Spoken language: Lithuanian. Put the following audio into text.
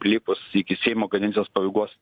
likus iki seimo kadencijos pabaigos